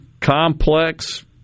complex